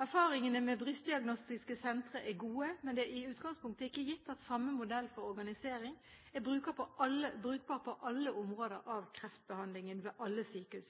Erfaringene med brystdiagnostiske sentre er gode, men det er i utgangspunktet ikke gitt at samme modell for organisering er brukbar på alle områder av kreftbehandlingen ved alle sykehus.